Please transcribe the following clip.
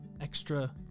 extra